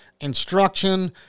instruction